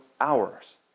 hours